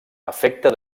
efecte